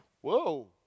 whoa